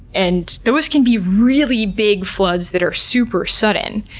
and those can be really big floods that are super sudden.